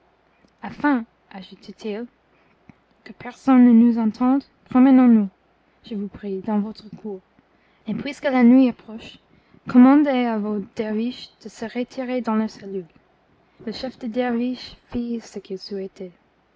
afin ajoutat il que personne ne nous entende promenons nous je vous prie dans votre cour et puisque la nuit approche commandez à vos derviches de se retirer dans leurs cellules le chef des derviches fit ce qu'il souhaitait